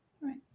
Right